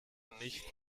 nicht